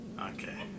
Okay